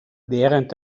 während